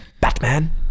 Batman